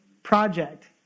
Project